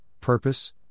purpose